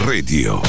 Radio